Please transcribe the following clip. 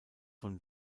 von